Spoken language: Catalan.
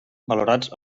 valorats